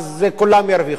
כולם ירוויחו.